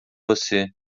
você